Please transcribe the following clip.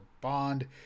bond